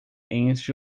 entre